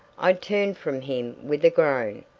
i turned from him with a groan.